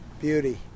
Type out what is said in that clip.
beauty